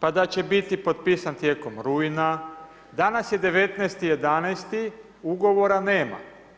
pa da će biti potpisan tijekom rujna, danas je 19.11., ugovora nema.